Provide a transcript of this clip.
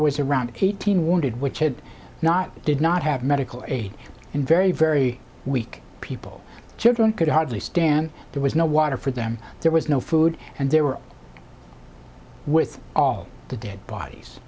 was around eight hundred wounded which did not did not have medical aid and very very weak people children could hardly stand there was no water for them there was no food and there were with all the dead bodies